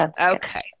okay